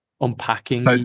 unpacking